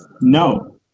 No